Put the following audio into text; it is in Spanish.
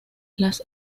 las